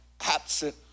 Absent